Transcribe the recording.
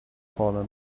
fallen